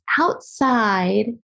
outside